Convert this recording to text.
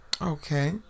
Okay